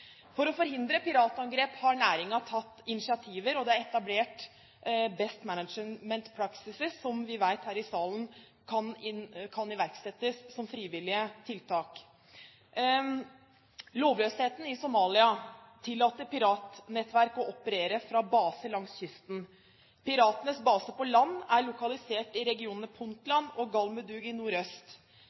For å forhindre piratangrep har næringen tatt initiativer, og det er etablert Best Management Practices, som vi her i salen vet kan iverksettes som frivillige tiltak. Lovløsheten i Somalia tillater piratnettverk å operere fra baser langs kysten. Piratenes baser på land er lokalisert i regionene Puntland og Galmudug i nordøst.